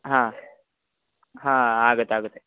ಹಾಂ ಹಾಂ ಆಗುತ್ತೆ ಆಗುತ್ತೆ